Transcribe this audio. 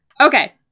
Okay